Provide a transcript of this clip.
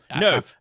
No